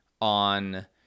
on